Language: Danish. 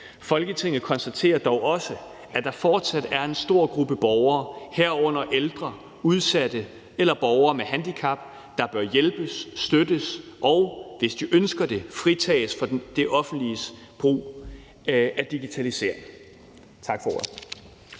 Folketinget konstaterer dog også, at der fortsat er en stor gruppe borgere, herunder ældre, udsatte og borgere med handicap, der bør hjælpes, støttes og, hvis de ønsker det, fritages fra det offentliges brug af digitalisering.«